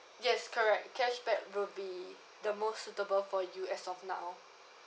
yes correct cashback will be the most suitable for you as of now